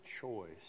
choice